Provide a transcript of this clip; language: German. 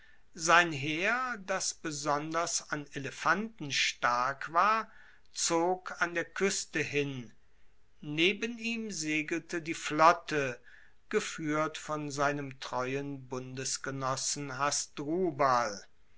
sein heer das besonders an elefanten stark war zog an der kueste hin neben ihm segelte die flotte gefuehrt von seinem treuen bundesgenossen